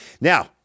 Now